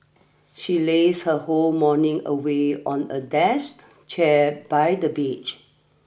she lazed her whole morning away on a dash chair by the beach